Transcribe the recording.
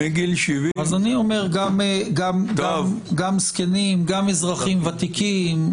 אז אני אומר גם זקנים, גם אזרחים ותיקים,